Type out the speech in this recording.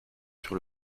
sur